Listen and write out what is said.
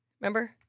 remember